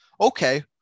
okay